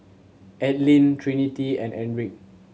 Adline Trinity and Enrique